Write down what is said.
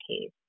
case